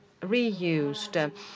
reused